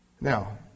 Now